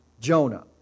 Jonah